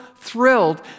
thrilled